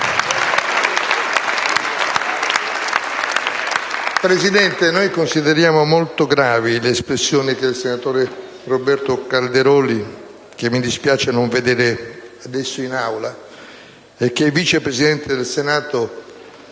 Presidente, noi consideriamo molto gravi le espressioni che il senatore Roberto Calderoli, che mi dispiace non vedere adesso in Aula che è Vice Presidente del Senato,